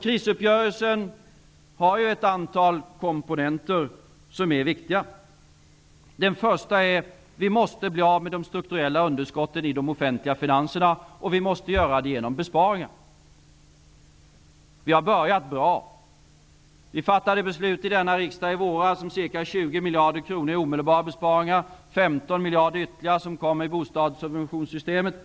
Krisuppgörelsen har ett antal komponenter som är viktiga. Den första är att vi måste bli av med de strukturella underskotten i de offentliga finanserna, och det måste ske genom besparingar. Vi har börjat bra. Vi fattade beslut i denna riksdag i våras om ca 20 miljarder kronor i omedelbara besparingar och om 15 miljarder kronor ytterligare inom bostadsfinansieringssystemet.